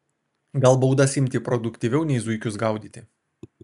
gal baudas imti produktyviau nei zuikius gaudyti